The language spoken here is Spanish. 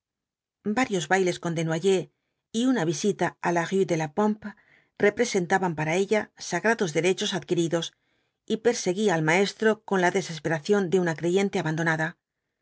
varios bailes con desnoyers y una visita á la rué de la pompe representaban para ella sagrados derechos adquiridos y perseguía al maestro con la desesperación de una creyente abandonada